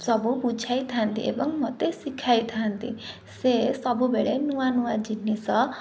ସବୁ ବୁଝାଇଥାନ୍ତି ଏବଂ ମୋତେ ଶିଖାଇଥାନ୍ତି ସେ ସବୁବେଳେ ନୂଆ ନୂଆ ଜିନିଷ